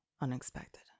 unexpected